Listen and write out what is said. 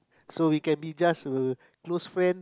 so it can be just a close friend